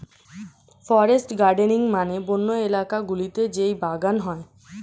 forest gardening মানে বন্য এলাকা গুলোতে যেই বাগান হয়